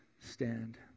stand